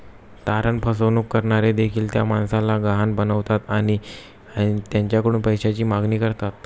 तारण फसवणूक करणारे देखील त्या माणसाला गहाण बनवतात आणि त्याच्याकडून पैशाची मागणी करतात